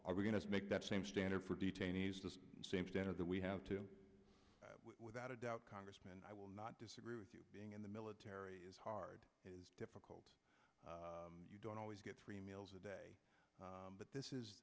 i'm going to make that same standard for detainees the same standard that we have to without a doubt congressman i will not disagree with you being in the military is hard it is difficult you don't always get three meals a day but this is